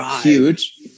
huge